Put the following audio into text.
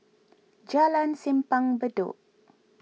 Jalan Simpang Bedok